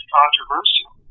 controversial